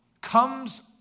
comes